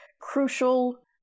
crucial